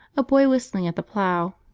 a boy whistling at the plough,